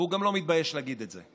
והוא גם לא מתבייש להגיד את זה.